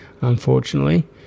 unfortunately